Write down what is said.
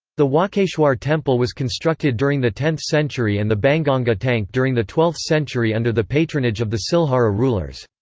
the walkeshwar temple was constructed during the tenth century and the banganga tank during the twelfth century under the patronage of the silhara rulers.